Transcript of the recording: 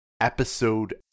episode